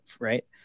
right